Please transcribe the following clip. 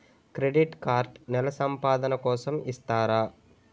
Credit card నెల సంపాదన కోసం ఇస్తారా?